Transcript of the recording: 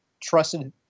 trusted